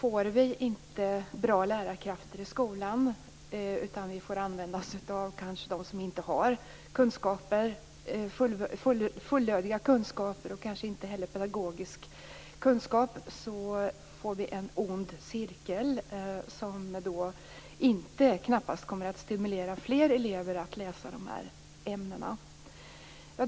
Om vi inte får bra lärarkrafter i skolan utan kanske måste använda oss av dem som inte har fullödiga kunskaper och som kanske inte heller har pedagogisk kunskap, blir det en ond cirkel, något som knappast kommer att stimulera fler elever att läsa de här ämnena.